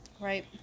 Right